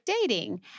dating